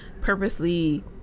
purposely